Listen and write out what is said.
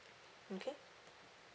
okay